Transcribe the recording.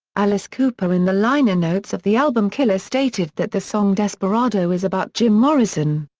alice cooper in the liner notes of the album killer stated that the song desperado is about jim morrison.